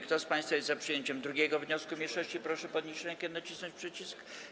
Kto z państwa jest za przyjęciem 2. wniosku mniejszości, proszę podnieść rękę i nacisnąć przycisk.